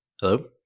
Hello